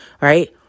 right